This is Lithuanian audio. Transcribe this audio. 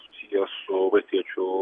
susijęs su valstiečių